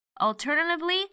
Alternatively